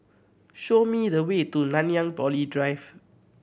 show me the way to Nanyang Poly Drive